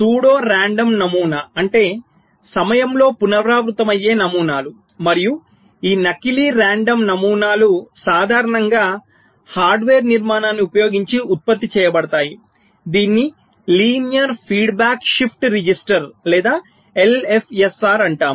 pseudo random నమూనా అంటే సమయం లో పునరావృతమయ్యే నమూనాలు మరియు ఈ నకిలీ రాండమ్ నమూనాలు సాధారణంగా హార్డ్వేర్ నిర్మాణాన్ని ఉపయోగించి ఉత్పత్తి చేయబడతాయి దీనిని లీనియర్ ఫీడ్బ్యాక్ షిఫ్ట్ రిజిస్టర్ లేదా LFSR అంటారు